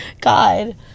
god